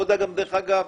דרך אגב,